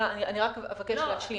אם